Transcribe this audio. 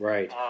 Right